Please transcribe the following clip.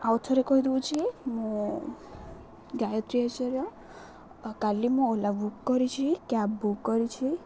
ଆଉ ଥରେ କହିଦେଉଛି ମୁଁ ଗାୟତ୍ରୀ ଆଚାର୍ଯ୍ୟ କାଲି ମୁଁ ଓଲା ବୁକ୍ କରିଛି କ୍ୟାବ୍ ବୁକ୍ କରିଛି